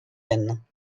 rennes